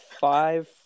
five